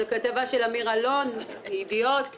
זו כתבה של אמיר אלון, מידיעות אחרונות.